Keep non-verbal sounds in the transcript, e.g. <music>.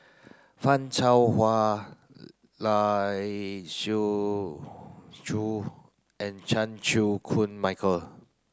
Fan Shao Hua <unintelligible> Lai Siu Chiu and Chan Chew Koon Michael